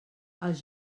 els